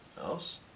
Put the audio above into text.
else